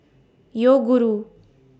Yoguru